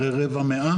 אחרי רבע מאה